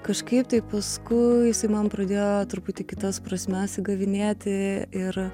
kažkaip tai paskui jisai man pradėjo truputį kitas prasmes įgavinėti ir